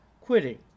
quitting